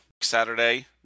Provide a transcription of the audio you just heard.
Saturday